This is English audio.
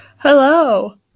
Hello